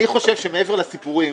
אני חושב שמעבר לסיפורים,